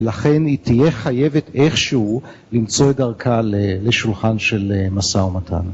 לכן היא תהיה חייבת איכשהו למצוא את דרכה לשולחן של משא ומתן.